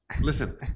Listen